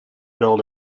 build